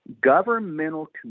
governmental